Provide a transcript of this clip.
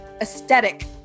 aesthetic